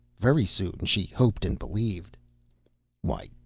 very soon, she hoped and believed why,